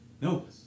No